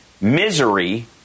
misery